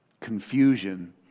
Confusion